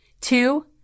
Two